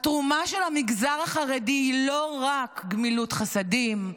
התרומה של המגזר החרדי היא לא רק גמילות חסדים,